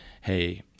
hey